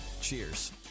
Cheers